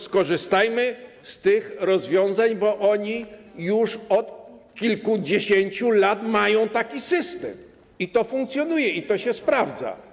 Skorzystajmy z tych rozwiązań, bo oni już od kilkudziesięciu lat mają taki system i to funkcjonuje, i to się sprawdza.